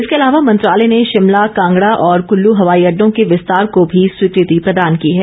इसके अलावा मंत्रालय ने शिमला कांगड़ा और कुल्लू हवाई अड्डो के विस्तार को भी स्वीकृति प्रदोन की है